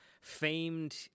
famed